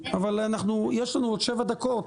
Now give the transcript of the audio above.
אבל יש לנו עוד שבע דקות,